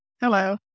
Hello